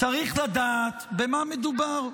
-- במה מדובר.